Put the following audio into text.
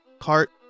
cart